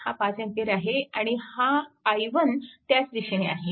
हा 5A आहे आणि हा i1 त्याच दिशेने आहे